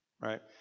right